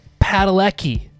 padalecki